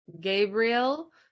gabriel